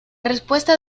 respuesta